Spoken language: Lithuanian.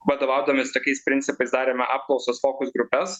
vadovaudamiesi tokiais principais darėme apklausas fokus grupes